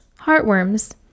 heartworms